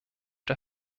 der